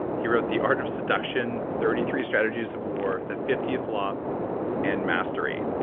he wrote the art of seduction, thirty three strategies of war, the fiftieth law and mastery.